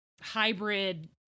hybrid